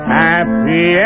happy